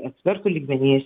ekspertų lygmenyje